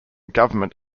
government